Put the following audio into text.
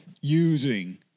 Using